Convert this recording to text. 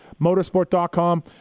Motorsport.com